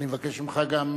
אני מבקש ממך גם,